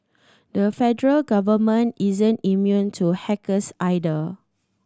the federal government isn't immune to hackers either